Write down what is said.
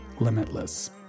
limitless